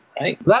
right